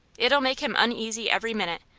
it'll make him uneasy every minute,